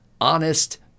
honest